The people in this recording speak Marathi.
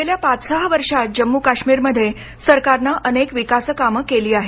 गेल्या पाच सहा वर्षात जम्मू काश्मीरमध्ये सरकारनं अनेक विकासकामं केली आहेत